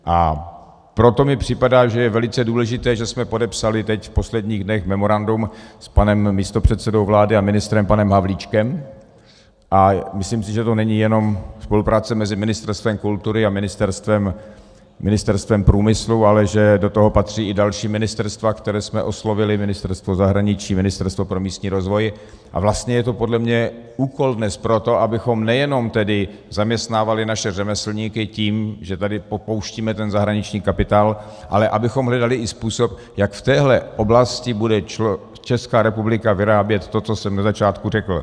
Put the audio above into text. A proto mi připadá, že je velice důležité, že jsme podepsali teď v posledních dnech memorandum s místopředsedou vlády a ministrem panem Havlíčkem, a myslím si, že to není jenom spolupráce mezi Ministerstvem kultury a Ministerstvem průmyslu, ale že do toho patří i další ministerstva, která jsme oslovili, Ministerstvo zahraničí, Ministerstvo pro místní rozvoj, a vlastně je to podle mě úkol dnes pro to, abychom nejenom tedy zaměstnávali naše řemeslníky tím, že tady popouštíme zahraniční kapitál, ale abychom hledali i způsob, jak v téhle oblasti bude Česká republika vyrábět to, co jsem ze začátku řekl.